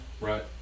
Right